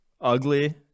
ugly